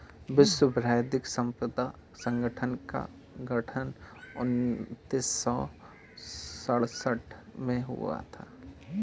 विश्व बौद्धिक संपदा संगठन का गठन उन्नीस सौ सड़सठ में हुआ था